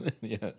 yes